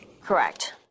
Correct